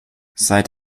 seit